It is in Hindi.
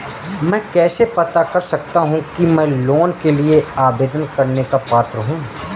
मैं कैसे पता कर सकता हूँ कि मैं लोन के लिए आवेदन करने का पात्र हूँ?